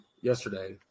Yesterday